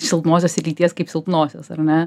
silpnosios lyties kaip silpnosios ar ne